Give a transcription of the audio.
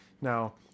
now